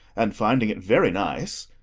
and finding it very nice,